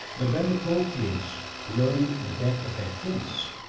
but when the colchians learnt the death of their prince,